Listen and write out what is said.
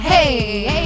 Hey